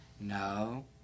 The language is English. No